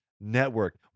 Network